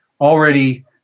already